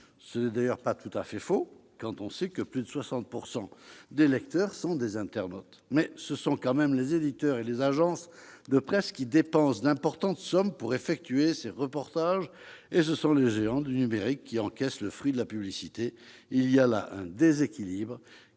Ce n'est pas tout à fait faux : plus de 60 % des lecteurs sont des internautes. Ce sont pourtant les éditeurs et les agences de presse qui dépensent d'importantes sommes pour réaliser des reportages, alors que ce sont les géants du numérique qui encaissent les fruits de la publicité. Il y a là un déséquilibre